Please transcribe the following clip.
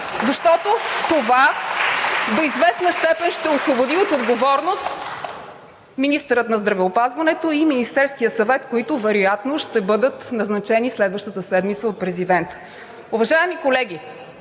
защото до известна степен това ще освободи от отговорност министъра на здравеопазването и Министерския съвет, които вероятно ще бъдат назначени следващата седмица от президента. Уважаеми колеги,